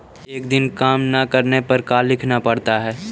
एक दिन काम न करने पर का लिखना पड़ता है?